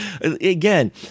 again